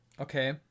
Okay